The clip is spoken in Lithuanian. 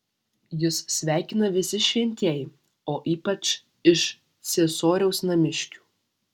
jus sveikina visi šventieji o ypač iš ciesoriaus namiškių